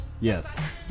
Yes